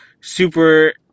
super